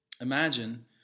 Imagine